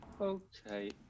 Okay